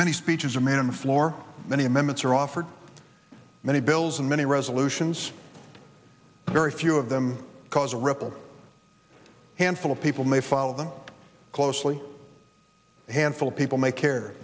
many speeches a man on the floor many amendments are offered many bills and many resolutions very few of them cause a ripple handful of people may follow them closely a handful of people may car